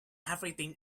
everything